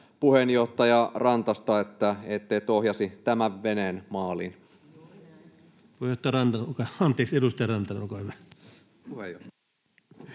puheenjohtaja Rantasta, että ohjasi tämän veneen maaliin.